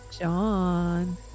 John